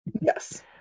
Yes